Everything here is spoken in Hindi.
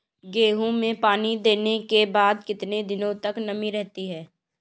गेहूँ में पानी देने के बाद कितने दिनो तक नमी रहती है?